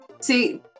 see